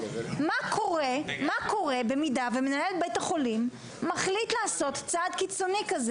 מה קורה במידה שמנהל בית החולים מחליט לעשות צעד קיצוני כזה?